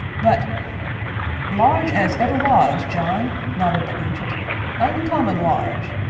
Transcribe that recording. but large as ever was, john! nodded the ancient oncommon large!